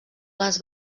les